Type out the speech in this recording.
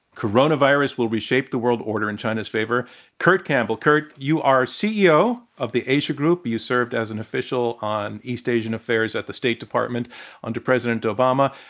coronavirus will reshape the world order in china's favor kurt campbell. kurt, you are ceo of the asia group. you served as an official on east asian affairs at the state department under president obama.